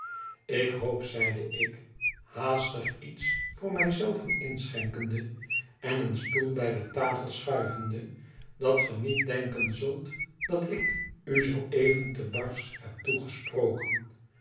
ik hoop zeide ik haastig iets voor mij zelven inschenkende en een stoei bij de tafel schuivende dat ge niet denken zult dat ik u zoo even te barsch heb toegesproken